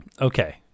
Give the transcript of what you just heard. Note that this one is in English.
Okay